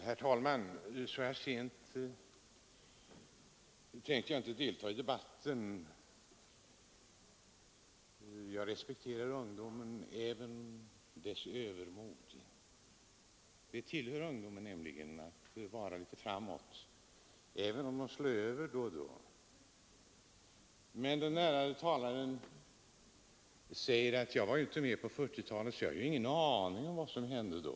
Herr talman! Vid denna sena tidpunkt tänker jag inte förlänga debatten mycket. Jag respekterar ungdomen och har respekt även för dess övermod. Det hör ungdomen till att vara litet framåt, även om den då och då slår över. Den siste ärade talaren sade: Jag var inte med på 1940-talet och har därför ingen aning om vad som hände då.